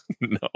no